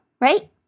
right